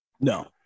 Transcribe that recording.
No